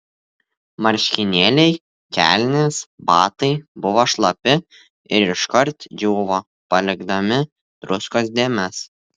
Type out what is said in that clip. marškinėliai kelnės batai buvo šlapi ir iškart džiūvo palikdami druskos dėmes